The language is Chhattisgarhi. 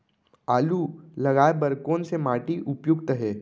आलू लगाय बर कोन से माटी उपयुक्त हे?